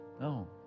No